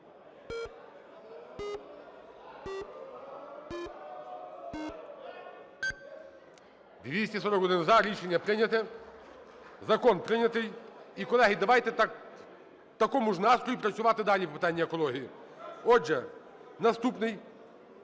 За-241 Рішення прийнято. Закон прийнятий. І, колеги, давайте в такому ж настрої працювати далі питання екології. Отже, наступний